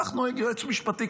כך נוהג יועץ משפטי.